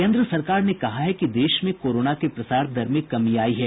केन्द्र सरकार ने कहा है कि देश में कोरोना के प्रसार दर में कमी आयी है